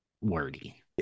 wordy